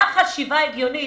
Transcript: מה החשיבה ההגיונית,